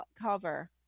cover